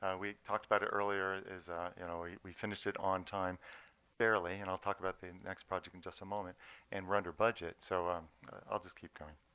ah we talked about it earlier. you know we we finish it on time barely. and i'll talk about the next project in just a moment and we're under budget. so i'll just keep going.